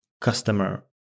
customer